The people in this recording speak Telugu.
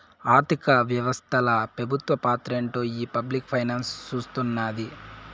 ఆర్థిక వ్యవస్తల పెబుత్వ పాత్రేంటో ఈ పబ్లిక్ ఫైనాన్స్ సూస్తున్నాది